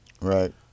Right